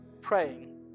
praying